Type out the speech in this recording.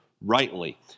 rightly